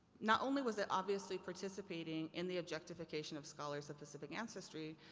not only was it obviously participating in the objectification of scholars of pacific ancestry.